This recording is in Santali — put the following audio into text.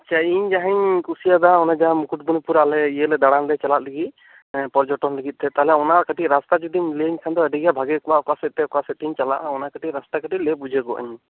ᱟᱪᱪᱷᱟ ᱤᱧ ᱡᱟᱦᱟᱸᱧ ᱠᱩᱥᱤ ᱟᱫᱟ ᱚᱱᱟ ᱡᱟᱦᱟᱸ ᱢᱩᱠᱩᱴᱢᱩᱱᱤᱯᱩᱨ ᱟᱞᱮ ᱤᱭᱟᱹ ᱞᱮ ᱫᱟᱬᱟᱱ ᱞᱮ ᱪᱟᱞᱟᱜ ᱞᱟᱹᱜᱤᱫ ᱮᱸ ᱯᱚᱨᱡᱚᱴᱚᱱ ᱞᱟᱹᱜᱤᱫ ᱛᱮ ᱛᱟᱦᱞᱮ ᱚᱱᱟ ᱠᱟᱹᱴᱤᱡ ᱨᱟᱥᱛᱟ ᱡᱩᱫᱤᱢ ᱞᱟᱹᱭ ᱟᱹᱧ ᱠᱷᱟᱱ ᱫᱚ ᱟᱹᱰᱤ ᱜᱮ ᱵᱷᱟᱜᱤ ᱠᱚᱜ ᱟ ᱚᱠᱟ ᱥᱮᱫ ᱛᱮ ᱚᱠᱟ ᱥᱮᱫ ᱛᱤᱧ ᱪᱟᱞᱟᱜ ᱟ ᱚᱱᱟ ᱠᱟᱹᱴᱤᱡ ᱨᱟᱥᱛᱟ ᱠᱟᱹᱴᱤᱡ ᱞᱟᱹᱭ ᱵᱩᱡᱷᱟᱹᱣ ᱜᱚᱫ ᱟᱹᱧ ᱢᱮ